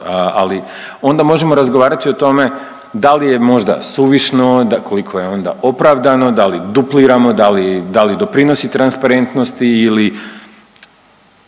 ali onda možemo razgovarati o tome da li je možda suvišno, koliko je onda opravdano, da li dupliramo, da li doprinosi transparentnosti ili